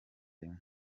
rimwe